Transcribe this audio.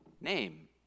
name